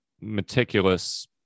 meticulous